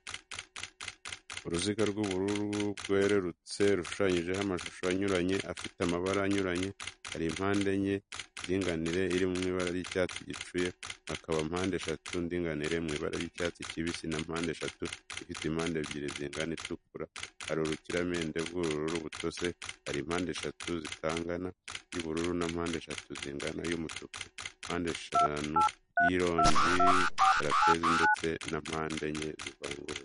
Uruziga rw'ubururu bwerurutse, rushushanyijemo amashusho anyuranye afite amabara anyuranye. Hari mpande enye ndinganire iri mu ibara ry'icyatsi gicuye, hakaba mpande eshatu ndinganire mu ibara ry'icyatsi kibisi na mpande eshatu ifite impande ebyiri zingana itukura, hari urukiramende rw'ubururu butose, hari mpande esheshatu zitangana y'ubururu na mpande esheshatu zingana y'umutuku, mpande shanu y'ironji, tarapezi ndetse na mpande enye zivunaguye.